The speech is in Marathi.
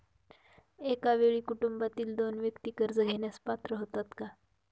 एका वेळी कुटुंबातील दोन व्यक्ती कर्ज घेण्यास पात्र होतात का?